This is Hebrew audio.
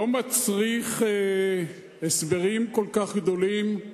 הוא לא מצריך הסברים כל כך גדולים,